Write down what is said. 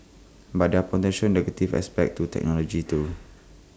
but there A potential negative aspect to technology too